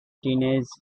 teenage